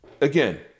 again